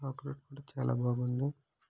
chocolate కూడా చాలా బాగుంది